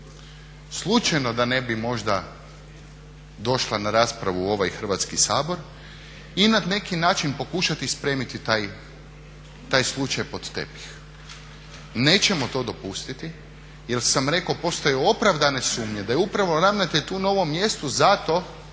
slučajno da ne bi možda došla na raspravu u ovaj Hrvatski sabor i na neki način pokušati spremiti taj slučaj pod tepih. Nećemo to dopustiti, jer sam rekao postoje opravdane sumnje da je upravo ravnatelj tu na ovom mjestu zato